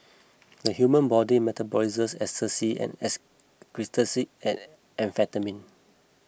the human body metabolises ecstasy and excretes it as amphetamine